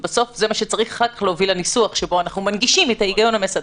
בסוף זה מה שצריך להוביל לניסוח שבו אנחנו מנגישים את ההיגיון המסדר.